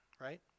right